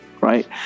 Right